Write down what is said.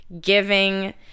giving